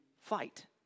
fight